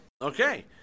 Okay